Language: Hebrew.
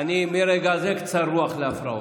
ומרגע זה אני קצר רוח להפרעות.